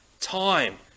time